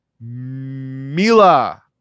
Mila